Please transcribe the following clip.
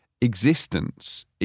existence